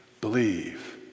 believe